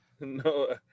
No